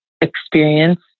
experience